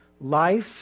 life